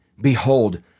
Behold